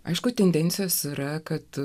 aišku tendencijos yra kad